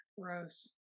Gross